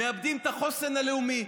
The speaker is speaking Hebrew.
מאבדים את החוסן הלאומי,